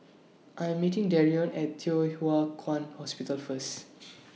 I Am meeting Darion At Thye Hua Kwan Hospital First